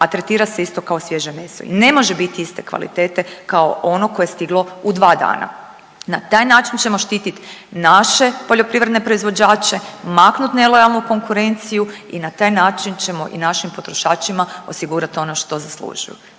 a tretira se isto kao svježe meso. Ne može biti iste kvalitete kao ono koje je stiglo u dva dana. Na taj način ćemo štiti naše poljoprivredne proizvođače, maknut nelojalnu konkurenciju i na taj način ćemo i našim potrošačima osigurat ono što zaslužuju.